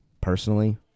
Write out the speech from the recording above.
personally